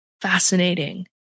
fascinating